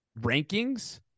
rankings